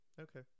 Okay